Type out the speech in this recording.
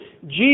Jesus